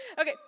Okay